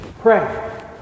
pray